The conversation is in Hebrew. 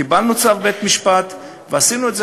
קיבלנו צו בית-משפט ועשינו את זה,